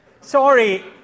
Sorry